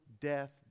death